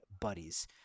buddies